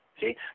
See